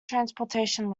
transportation